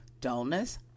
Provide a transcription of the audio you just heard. dullness